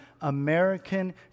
American